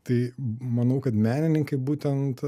tai manau kad menininkai būtent